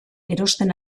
erosten